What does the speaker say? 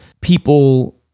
people